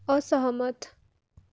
असहमत